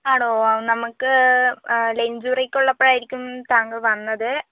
ആണോ നമുക്ക് lunch break ഉള്ളപ്പോഴായിരിക്കും താങ്കൾ വന്നത്